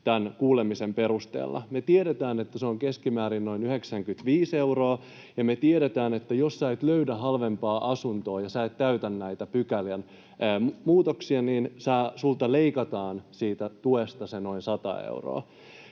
kuulemisen perusteella. Me tiedetään, että se on keskimäärin noin 95 euroa, ja me tiedetään, että jos sinä et löydä halvempaa asuntoa ja sinä et täytä näitä pykälien muutoksia, niin sinulta leikataan siitä tuesta se noin 100 euroa.